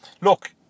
Look